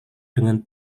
dengan